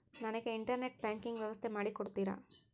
ನನಗೆ internet banking ವ್ಯವಸ್ಥೆ ಮಾಡಿ ಕೊಡ್ತೇರಾ?